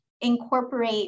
incorporate